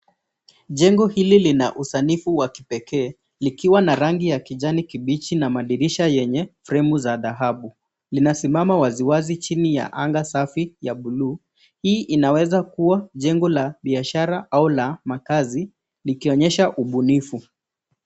Jengo hili lina usanifu wa kipekee likiwa na rangi ya kijani kibichi na madirisha yenye fremu za dhahabu. Inasimama wazi wazi chini ya anga safi ya buluu. Hii inaweza kuwa jengo la biashara au la makazi likionyesha ubunifu.